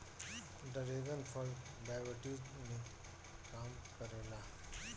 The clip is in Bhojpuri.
डरेगन फल डायबटीज के कम करेला